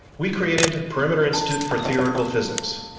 we created perimeter institute for theoretical physics.